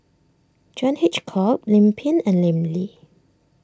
John Hitchcock Lim Pin and Lim Lee